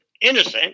innocent